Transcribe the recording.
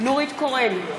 נורית קורן,